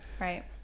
Right